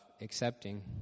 accepting